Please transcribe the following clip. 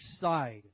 side